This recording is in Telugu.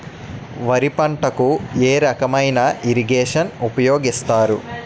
వరి పంటకు ఏ రకమైన ఇరగేషన్ ఉపయోగిస్తారు?